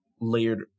layered